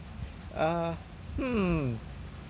uh hmm